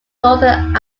northern